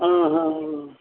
ಹಾಂ ಹಾಂ ಹಾಂ